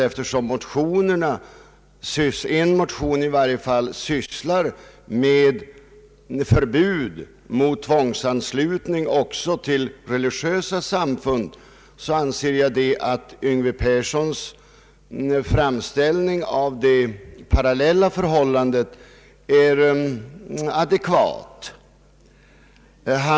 Eftersom motionerna — i varje fall en motion — tar upp frågan om förbud mot tvångsanslutning också till religiösa samfund, anser jag att herr Yngve Perssons framställning av det parallella förhållandet är adekvat.